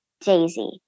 Daisy